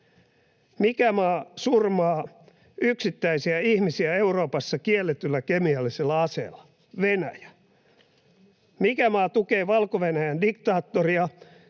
Mikä maa surmaa yksittäisiä ihmisiä Euroopassa kielletyllä kemiallisella aseella? Venäjä. Mikä maa tukee Valko-Venäjän diktaattoria,